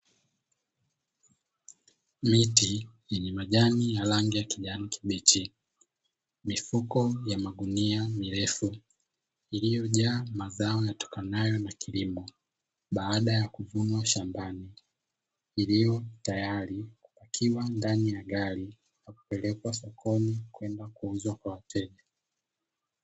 Miti yenye majani ya rangi ya kijani kibichi mifuko ya magunia mirefu iliyojaa mazao yatokanayo na kilimo baada ya kuvunwa shambani, iliyo tayari ikiwa ndani ya gari kupelekwa sokoni kwenda kuuzwa kwa wateja.